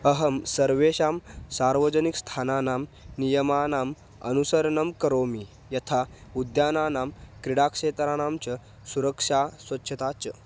अहं सर्वेषां सार्वजनिकस्थानानां नियमानाम् अनुसरणं करोमि यथा उद्यानानां क्रीडाक्षेत्राणां च सुरक्षा स्वच्छता च